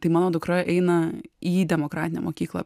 tai mano dukra eina į demokratinę mokyklą